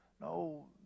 No